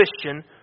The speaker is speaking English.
Christian